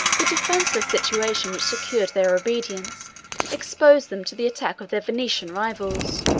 the defenceless situation which secured their obedience exposed them to the attack of their venetian rivals,